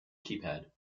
keypad